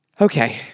okay